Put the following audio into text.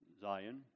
Zion